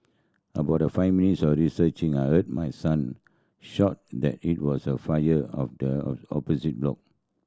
about five minutes of searching I heard my son shout in that it was a fire of the opposite block